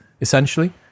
essentially